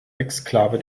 exklave